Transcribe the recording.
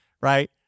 right